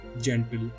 gentle